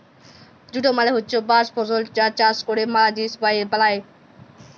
jute মালে হচ্যে পাট ফসল যার চাষ ক্যরে ম্যালা জিলিস বালাই